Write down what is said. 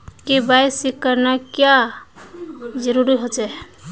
KYC करना क्याँ जरुरी होचे?